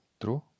true